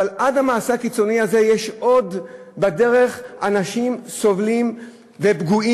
עד המעשה הקיצוני יש בדרך עוד אנשים סובלים ופגועים,